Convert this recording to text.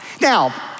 Now